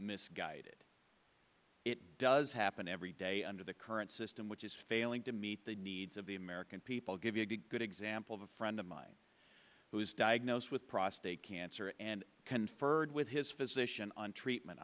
misguided it does happen every day under the current system which is failing to meet the needs of the american people give you a good example of a friend of mine who was diagnosed with prostate cancer and conferred with his physician on treatment